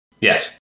Yes